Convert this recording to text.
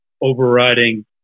overriding